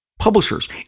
Publishers